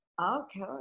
okay